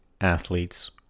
athletes